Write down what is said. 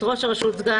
את ראש רשות מקומית,